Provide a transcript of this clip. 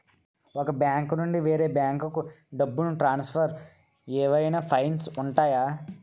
ఒక బ్యాంకు నుండి వేరే బ్యాంకుకు డబ్బును ట్రాన్సఫర్ ఏవైనా ఫైన్స్ ఉంటాయా?